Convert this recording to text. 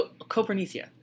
Copernicia